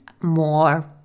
More